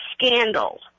scandal